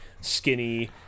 skinny